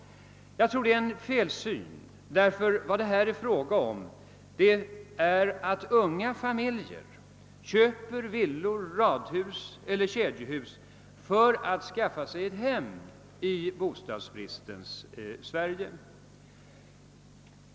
Jag tror det är en felsyn. Vad det är fråga om är nämligen att unga familjer köper villor, radhus eller kedjehus för att över huvud taget kunna skaffa sig ett hem i bostadsbristens Sverige.